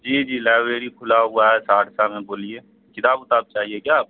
جی جی لائبریری کھلا ہوا ہے سہرسہ میں بولیے کتاب اتاب چاہیے کیا آپ